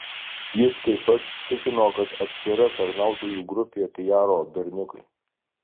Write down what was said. jis taip pat tikino kad atskira tarnautojų grupė pijaro berniukai